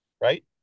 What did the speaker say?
right